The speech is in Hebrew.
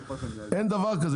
אין דבר כזה,